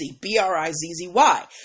B-R-I-Z-Z-Y